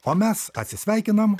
o mes atsisveikinam